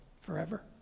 forever